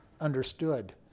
understood